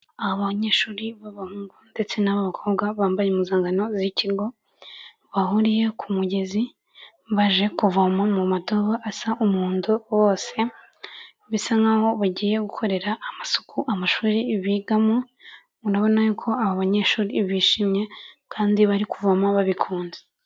Aba banyeshuri b'abahungu ndetse n'abakobwa bambaye impuzankano z'ikigo bahuriye ku mugezi, baje kuvoma mu madobo asa umuhondo bose, bisa nk'aho bagiye gukorera amasuku amashuri bigamo, murabona y'uko aba banyeshuri bishimye, kandi bari kuvoma babikunze.